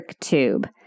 tube